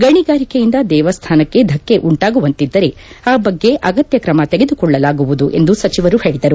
ಗಣಿಗಾರಿಕೆಯಿಂದ ದೇವಸ್ಥಾನಕ್ಕೆ ಧಕ್ಕೆ ಉಂಟಾಗುವಂತಿದ್ದರೆ ಆ ಬಗ್ಗೆ ಅಗತ್ನ ಕ್ರಮ ತೆಗೆದುಕೊಳ್ಟಲಾಗುವುದು ಎಂದು ಸಚಿವರು ಹೇಳಿದರು